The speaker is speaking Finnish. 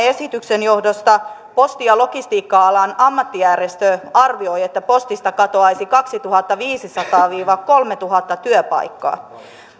esityksen johdosta posti ja logistiikka alan ammattijärjestö arvioi että postista katoaisi kaksituhattaviisisataa viiva kolmetuhatta työpaikkaa